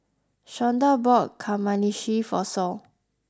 Shawnda bought Kamameshi for Sol